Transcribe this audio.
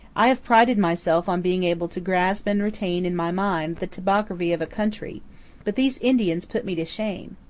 i have prided myself on being able to grasp and retain in my mind the topography of a country but these indians put me to shame.